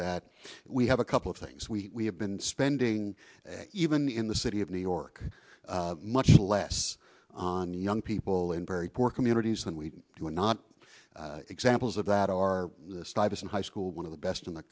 that we have a couple of things we have been spending even in the city of new york much less on young people in very poor communities than we do we're not examples of that are the stuyvesant high school one of the best in the